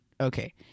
Okay